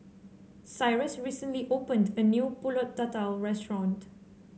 Cyrus recently opened a new pulut tatal restaurant